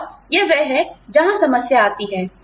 और यह वह है जहां समस्या आती है